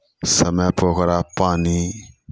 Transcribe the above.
समयपर ओकरा पानि